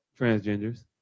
Transgenders